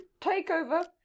takeover